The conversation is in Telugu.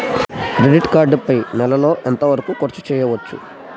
క్రెడిట్ కార్డ్ పై నెల లో ఎంత వరకూ ఖర్చు చేయవచ్చు?